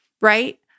right